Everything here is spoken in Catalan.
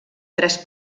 tres